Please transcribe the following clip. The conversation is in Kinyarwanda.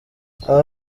aba